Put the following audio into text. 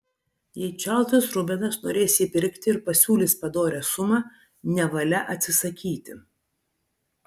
jei čarlzas rubenas norės jį pirkti ir pasiūlys padorią sumą nevalia atsisakyti